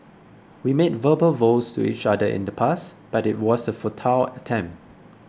we made verbal vows to each other in the past but it was a futile attempt